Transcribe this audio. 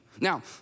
now